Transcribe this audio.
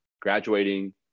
graduating